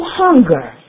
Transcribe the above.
hunger